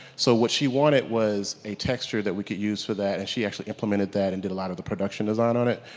so what she wanted was a texture that we could use for that and she actually implemented that and did a lot of the production design on it.